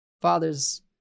father's